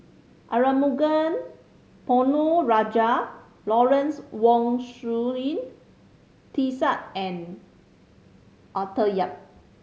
Arumugam Ponnu Rajah Lawrence Wong Shyun Tsai and Arthur Yap